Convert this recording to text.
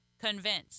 convinced